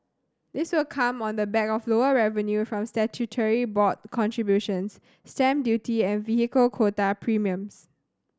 this will come on the back of lower revenue from statutory board contributions stamp duty and vehicle quota premiums